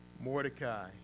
Mordecai